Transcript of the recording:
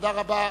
תודה רבה.